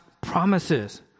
promises